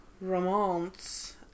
romance